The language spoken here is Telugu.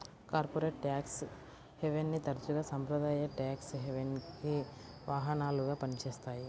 కార్పొరేట్ ట్యాక్స్ హెవెన్ని తరచుగా సాంప్రదాయ ట్యేక్స్ హెవెన్కి వాహనాలుగా పనిచేస్తాయి